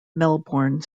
melbourne